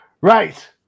right